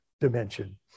dimension